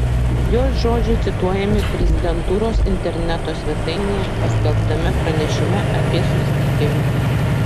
jos žodžiai cituojami prezidentūros interneto svetainėje paskelbtame pranešime apie susitikimą